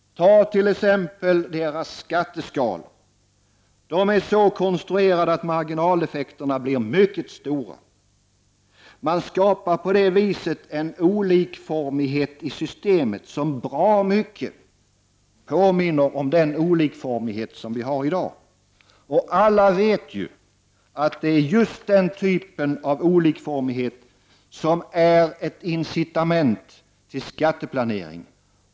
Ta t.ex. deras skatteskalor. De är så konstruerade att marginaleffekterna blir mycket stora. Man skapar på det viset en olikformighet i systemet som bra mycket påminner om den vi har i dag. Alla vet ju att just denna typ av olikformighet är ett incitament till skatteplanering.